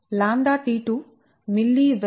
λT2 mWb Tkm లో వస్తుంది